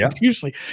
usually